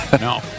No